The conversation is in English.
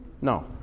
No